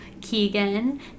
Keegan